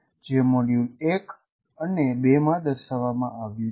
જે મોડ્યુલ 1 અને 2 માં દર્શાવામાં આવ્યું છે